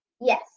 Yes